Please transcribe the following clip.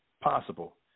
possible